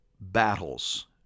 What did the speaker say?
battles